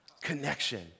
connection